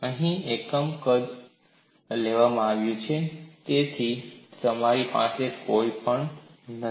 અહીં એકમનું કદ લેવામાં આવ્યું છે તેથી જ તમારી પાસે કંઈપણ નથી